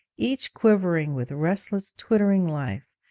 each quivering with restless, twittering life,